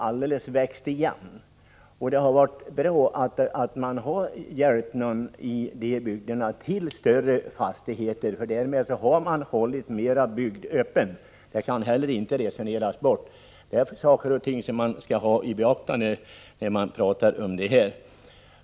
I dessa områden har det varit bra att man har hjälpt jordbrukare till förvärv av större fastigheter. Därmed har man hållit mera bygd öppen, det kan inte resoneras bort. Det är något man bör ha i beaktande när man diskuterar jordförvärvslagen.